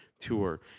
tour